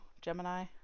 gemini